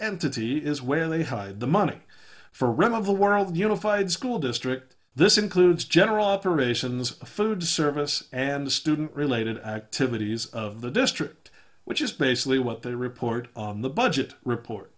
entity is where they hide the money for rent of the world the unified school district this includes general operations food service and student related activities of the district which is basically what they report on the budget report